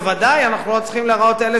בוודאי אנחנו לא צריכים להיראות אלה